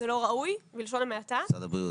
הן בהדרכות ייעודיות אנשי מקצוע סביב הנושאים האלה,